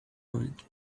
mind